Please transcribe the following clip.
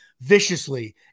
viciously